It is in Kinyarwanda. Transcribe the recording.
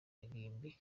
irimbi